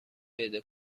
پیدا